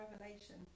revelation